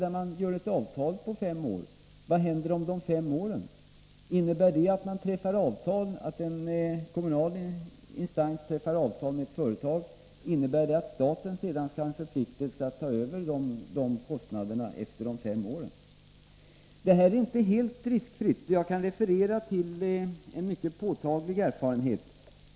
Där sätter man upp ett avtal på fem år, men vad händer efter dessa fem år? Innebär detta att om en kommunal instans träffar ett avtal med ett företag staten sedan skall vara förpliktad att ta över kostnaderna efter de fem åren? Detta är inte helt riskfritt. Jag kan referera till en mycket påtaglig erfarenhet.